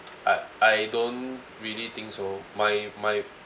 I I don't really think so my my